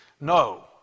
No